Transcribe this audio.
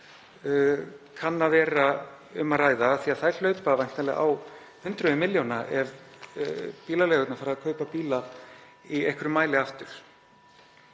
kann að vera um að ræða? Þær hlaupa væntanlega á hundruðum milljóna ef bílaleigurnar fara að kaupa bíla í einhverjum mæli aftur.